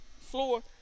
floor